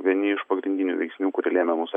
vieni iš pagrindinių veiksnių kurie lėmė mūsų